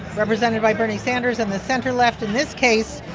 represented by bernie sanders and the center-left, in this case,